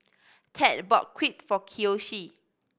Ted bought Crepe for Kiyoshi